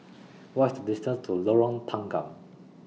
What IS The distance to Lorong Tanggam